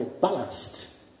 balanced